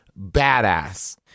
badass